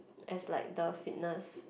as like the fitness